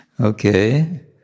Okay